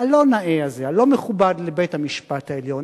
הלא-נאה הזה, הלא-מכובד לבית-המשפט העליון.